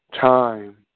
time